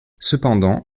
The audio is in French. cependant